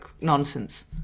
nonsense